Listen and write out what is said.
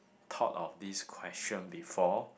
thought of this question before